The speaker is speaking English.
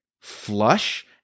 flush